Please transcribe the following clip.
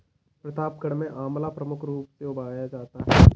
प्रतापगढ़ में आंवला प्रमुख रूप से उगाया जाता है